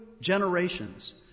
generations